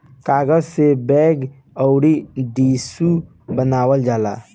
कागज से बैग अउर टिशू बनावल जाला